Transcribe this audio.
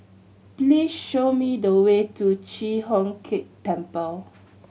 please show me the way to Chi Hock Keng Temple